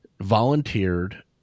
volunteered